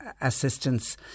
assistance